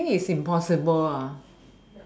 I think is impossible